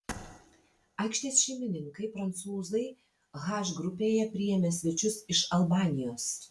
aikštės šeimininkai prancūzai h grupėje priėmė svečius iš albanijos